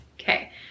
Okay